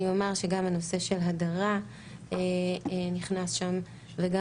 אני אומר שגם הנושא של הדרה נכנס שם וגם